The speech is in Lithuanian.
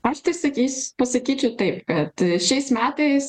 aš tai sakys pasakyčiau taip kad šiais metais